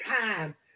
time